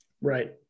Right